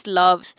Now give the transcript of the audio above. love